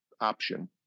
option